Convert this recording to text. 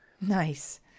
Nice